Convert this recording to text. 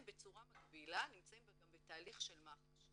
בצורה מקבילה נמצאים גם בתהליך של מח"ש.